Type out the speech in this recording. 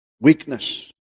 Weakness